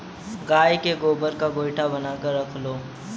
गाय के गोबर का गोएठा बनाकर रख लो